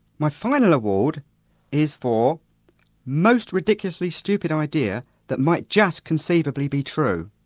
my final award is for most ridiculously stupid idea that might just conceivably be true.